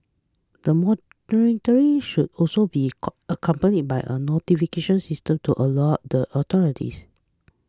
the monitoring should also be con accompanied by a notification system to alert the authorities